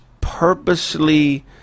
purposely